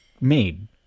made